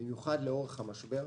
במיוחד לאורך המשבר.